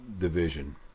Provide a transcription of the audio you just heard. division